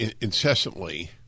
incessantly